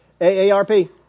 AARP